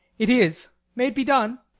it is may it be done?